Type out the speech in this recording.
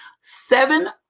seven